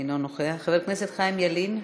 אינו נוכח, חבר הכנסת חבר הכנסת חיים ילין.